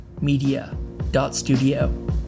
media.studio